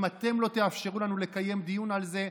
אם אתם לא תאפשרו לנו לקיים דיון על זה,